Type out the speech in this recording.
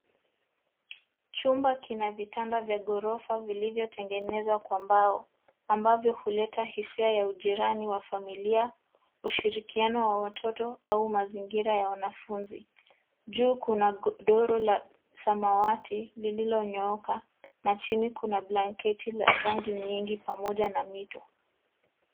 Chumba kina vitanda vya ghorofa vilivyotengenezwa kwa mbao, ambavyo huleta hisia ya ujirani wa familia, ushirikiano wa watoto au mazingira ya wanafunzi. Juu kuna godoro la samawati lililonyooka na chini kuna blanketi la rangi nyingi pamoja na mito.